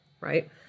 right